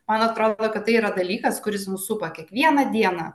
man atrodo kad tai yra dalykas kuris mus supa kiekvieną dieną